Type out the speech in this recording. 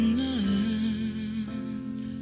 love